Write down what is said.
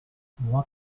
what